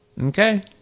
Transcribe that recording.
Okay